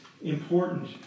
important